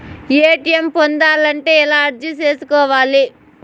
ATM పొందాలంటే ఎలా అర్జీ సేసుకోవాలి?